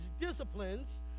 disciplines—